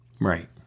Right